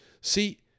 See